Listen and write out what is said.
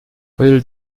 heul